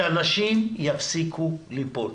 שאנשים יפסיקו ליפול.